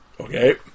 okay